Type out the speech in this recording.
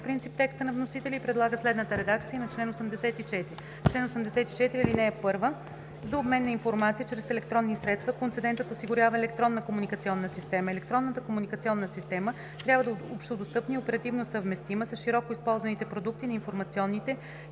принцип текста на вносителя и предлага следната редакция на чл. 84: „Чл. 84. (1) За обмен на информация чрез електронни средства концедентът осигурява електронна комуникационна система. Електронната комуникационна система трябва да е общодостъпна и оперативно съвместима с широко използваните продукти на информационните